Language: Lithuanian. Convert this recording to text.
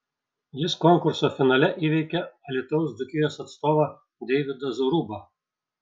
jis konkurso finale įveikė alytaus dzūkijos atstovą deividą zorubą